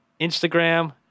Instagram